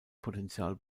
potential